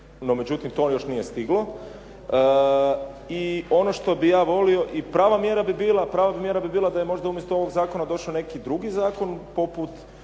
No međutim, to još nije stiglo. I ono što bi ja volio i prava mjera bi bila da je možda umjesto ovog zakona došao neki drugi zakon poput